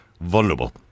vulnerable